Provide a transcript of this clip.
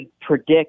predict